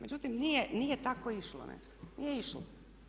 Međutim, nije tako išlo, nije išlo.